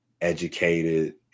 educated